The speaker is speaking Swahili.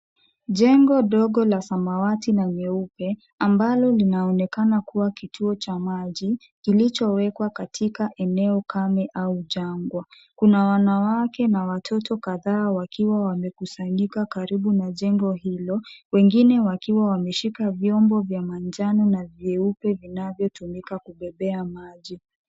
Jengo dogo la samawati na nyeupe, ambalo linaonekana kuwa kituo cha maji kilichoweka katika eneo kame au jangwa. Kuna wanawake na watoto kadhaa wakiwa wamekusanyika karibu na jengo hilo, wengine wakiwa wameshika vyombo vya manjano na vyeupe vinavyotumika kubebea maji.